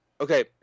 Okay